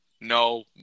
no